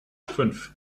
fünf